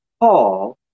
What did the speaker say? Paul